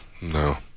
No